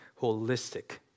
holistic